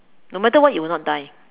no matter what you will not die